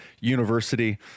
University